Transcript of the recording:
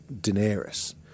Daenerys